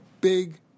big